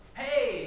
hey